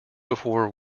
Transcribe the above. before